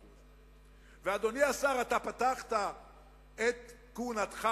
ואדוני השר, אתה פתחת את כהונתך